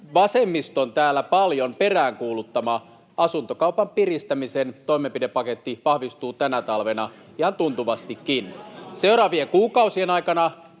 vasemmiston täällä paljon peräänkuuluttama asuntokaupan piristämisen toimenpidepaketti vahvistuu tänä talvena ihan tuntuvastikin. Seuraavien kuukausien aikana